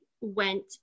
went